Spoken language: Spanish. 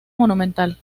monumental